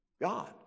God